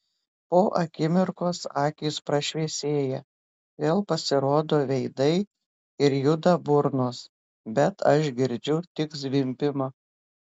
po akimirkos akys prašviesėja vėl pasirodo veidai ir juda burnos bet aš girdžiu tik zvimbimą